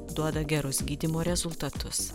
duoda gerus gydymo rezultatus